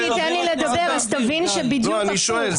אם תיתן לי לדבר אתה תבין שזה בדיוק הפוך.